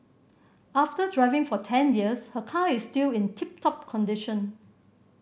after driving for ten years her car is still in tip top condition